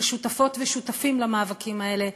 של שותפות ושותפים למאבקים האלה,